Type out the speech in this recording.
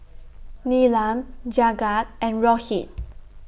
Neelam Jagat and Rohit